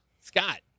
Scott